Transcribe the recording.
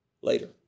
later